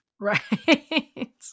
Right